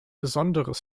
besonderes